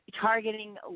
targeting